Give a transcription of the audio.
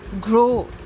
grow